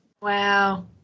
Wow